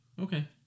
Okay